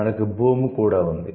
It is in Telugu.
మనకు 'బూమ్' కూడా ఉంది